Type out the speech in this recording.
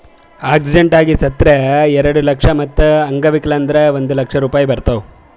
accident ಆಗಿ ಸತ್ತುರ್ ಎರೆಡ ಲಕ್ಷ, ಮತ್ತ ಅಂಗವಿಕಲ ಆದುರ್ ಒಂದ್ ಲಕ್ಷ ರೂಪಾಯಿ ಬರ್ತಾವ್